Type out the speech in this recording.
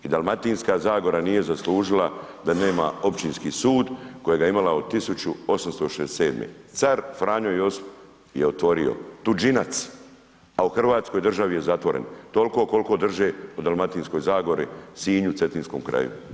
I Dalmatinska zagora nije zaslužila da nema općinski sud kojega je imala od 1867., car Franjo Josip je otvorio, tuđinac a u Hrvatskoj državi je zatvoren, toliko koliko drže o Dalmatinskoj zagori, Sinju, Cetinskom kraju.